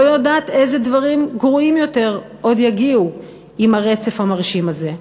לא יודעת איזה דברים גרועים יותר עוד יגיעו עם הרצף המרשים הזה.